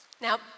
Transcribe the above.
Now